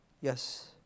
Yes